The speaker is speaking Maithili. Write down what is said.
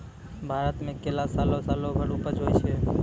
भारत मे केला सालो सालो भर उपज होय छै